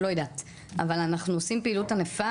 אבל מקום נמוך מאוד.